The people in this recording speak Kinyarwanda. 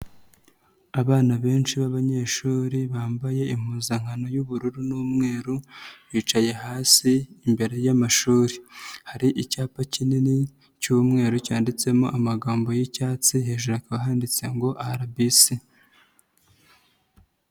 Abana benshi b'abanyeshuri bambaye impuzankano y'ubururu n'umweru, bicaye hasi imbere y'amashuri. Hari icyapa kinini cy'umweru cyanditsemo amagambo y'icyatsi, hejuru handitse ngo RBC.